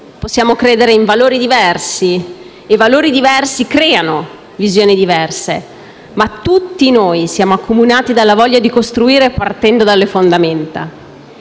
Possiamo credere in valori diversi, e valori diversi creano visioni diverse; ma tutti noi siamo accomunati dalla voglia di costruire partendo dalle fondamenta.